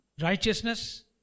righteousness